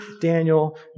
Daniel